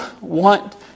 want